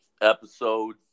episode